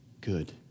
good